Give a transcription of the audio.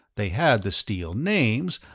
they had the steele names,